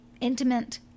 intimate